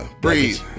Breathe